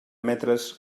metres